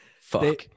Fuck